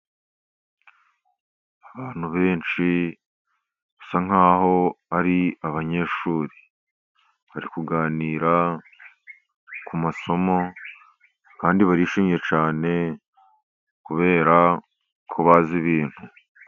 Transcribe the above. Abantu benshi basa nk'aho ari abanyeshuri, bari kuganira ku masomo, kandi barishimye cyane kubera ko bazi ibintu.